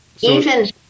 Even-